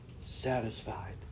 satisfied